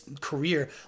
career